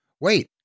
Wait